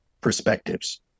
perspectives